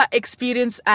experience